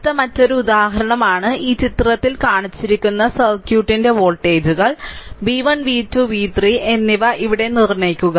അടുത്തത് മറ്റൊരു ഉദാഹരണമാണ് ഈ ചിത്രത്തിൽ കാണിച്ചിരിക്കുന്ന സർക്യൂട്ടിന്റെ വോൾട്ടേജുകൾ v1 v2 v3 എന്നിവ ഇവിടെ നിർണ്ണയിക്കുക